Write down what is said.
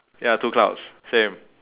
ya two clouds same